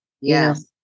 Yes